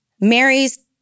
Mary's